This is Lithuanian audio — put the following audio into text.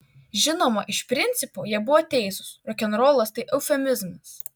žinoma iš principo jie buvo teisūs rokenrolas tai eufemizmas